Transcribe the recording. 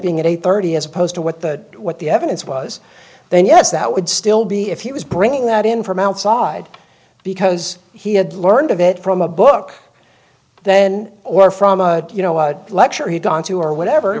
being at eight thirty as opposed to what the what the evidence was then yes that would still be if he was bringing that in from outside because he had learned of it from a book then or from a lecture he'd gone to or whatever